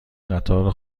قطار